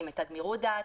האם הייתה גמירות דעת,